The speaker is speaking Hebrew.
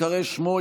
בהיקרא שמו,